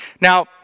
Now